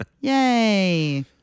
Yay